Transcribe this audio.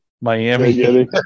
Miami